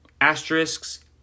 asterisks